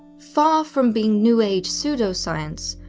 far from being new age pseudoscience,